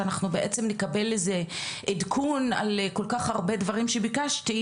על מנת שאנחנו בעצם נקבל איזה שהוא עדכון על כל כך הרבה דברים שביקשתי.